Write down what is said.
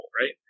right